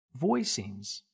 Voicings